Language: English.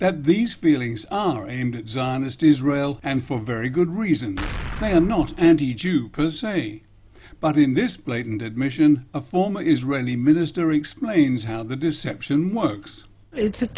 that these feelings are aimed zionist israel and for very good reason i am not anti jew per se but in this blatant admission of former israeli minister explains how the deception works it's a